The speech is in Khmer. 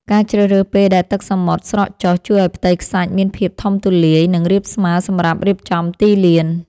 ការជ្រើសរើសពេលដែលទឹកសមុទ្រស្រកចុះ ជួយឱ្យផ្ទៃខ្សាច់មានភាពធំទូលាយ និងរាបស្មើសម្រាប់រៀបចំទីលាន។